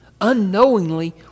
unknowingly